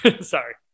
Sorry